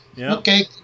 okay